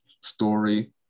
story